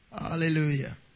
Hallelujah